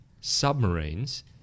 submarines